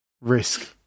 risk